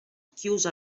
chiuso